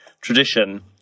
tradition